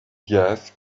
gas